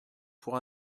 pour